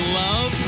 love